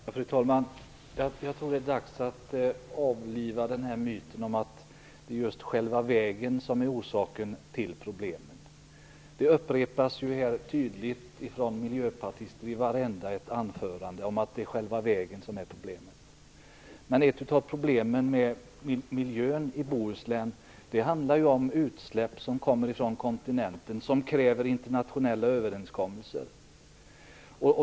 Fru talman! Jag tror det är dags att avliva myten om att det är själva vägen som är orsaken till problemen. Det upprepas här tydligt från miljöpartister i vartenda anförande att det är själva vägen som är problemet. Ett av problemen med miljön i Bohuslän är utsläpp som kommer från kontinenten och som kräver internationella överenskommelser.